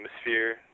atmosphere